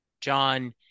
John